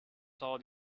saw